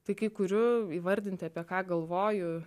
tai kai kurių įvardinti apie ką galvoju